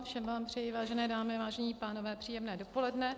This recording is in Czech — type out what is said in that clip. Všem vám přeji, vážené dámy, vážení pánové, příjemné dopoledne.